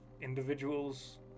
individuals